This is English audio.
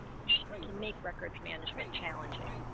which can make records management challenging